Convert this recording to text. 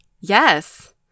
Yes